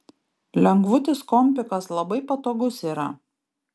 lengvutis kompikas labai patogus yra